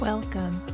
Welcome